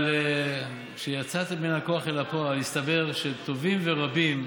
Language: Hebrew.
אבל כשיצאתם מן הכוח אל הפועל הסתבר שטובים ורבים,